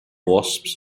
wasps